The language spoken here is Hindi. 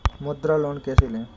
मुद्रा लोन कैसे ले?